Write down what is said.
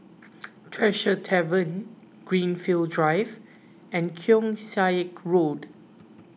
Tresor Tavern Greenfield Drive and Keong Saik Road